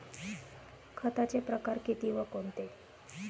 खताचे प्रकार किती व कोणते?